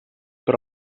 per